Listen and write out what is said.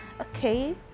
Okay